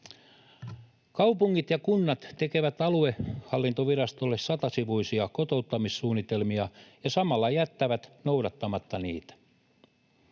Kaupungit ja kunnat tekevät aluehallintovirastolle satasivuisia kotouttamissuunnitelmia ja samalla jättävät noudattamatta niitä.